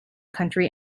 country